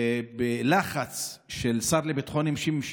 בלחץ של השר לביטחון הפנים,